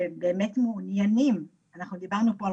שבאמת מעוניינים אנחנו דיברנו פה על